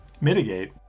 mitigate